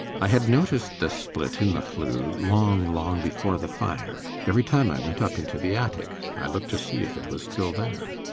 i had noticed the split in the flue long, long before the fire. every time i went up into the attic, i looked to see if it was still there.